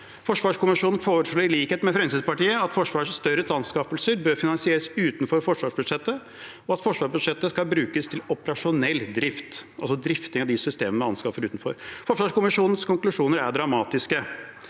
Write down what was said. Forsvarskommisjonen foreslo i likhet med Fremskrittspartiet at Forsvarets større anskaffelser bør finansieres utenfor forsvarsbudsjettet, og at forsvarsbudsjettet skal brukes til operasjonell drift, altså drifting av de systemene man anskaffer utenfor. Forsvarskommisjonens konklusjoner er dramatiske.